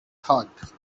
thought